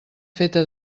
feta